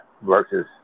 versus